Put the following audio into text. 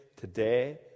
today